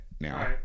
now